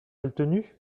maltenu